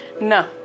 no